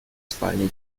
spiny